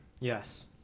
Yes